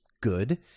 good